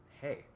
hey